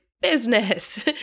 business